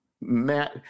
Matt